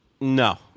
No